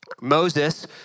Moses